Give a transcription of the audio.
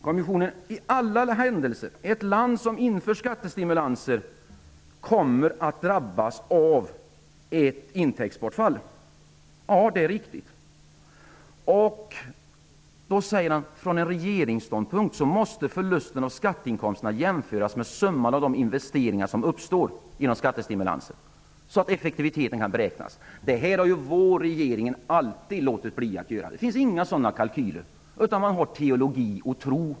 Kommissionen skriver vidare: Ett land som inför skattestimulanser kommer att drabbas av ett intäktsbortfall. Det är riktigt. Från regeringsståndpunkt måste förlusterna av skatteinkomsterna jämföras med summan av de investeringar som uppstår genom skattestimulansen, så att effektiviteten kan beräknas. Detta har vår regering alltid låtit bli att göra. Det finns inga sådana kalkyler, utan man har bara ideologi och tro.